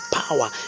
power